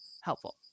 helpful